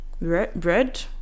bread